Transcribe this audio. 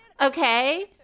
Okay